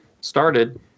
started